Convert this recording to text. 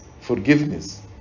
forgiveness